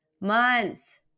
months